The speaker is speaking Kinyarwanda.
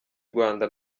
rwanda